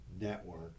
network